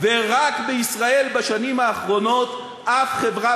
ורק בישראל בשנים האחרונות אף חברה